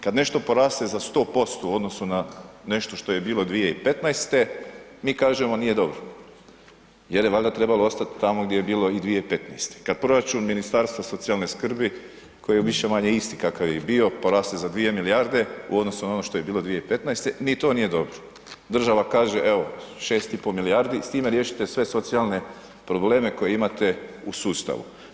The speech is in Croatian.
Kad nešto poraste za 100% u odnosu na nešto što je bilo 2015. mi kažemo nije dobro jer je valjda trebalo ostat tamo gdje je bilo i 2015., kad proračun Ministarstva socijalne skrbi koji je više-manje isti kakav je i bio poraste za dvije milijarde u odnosu na ono što je bilo 2015., ni to nije dobro, država kaže evo 6,5 milijardi, s time riješite sve socijalne probleme koje imate u sustavu.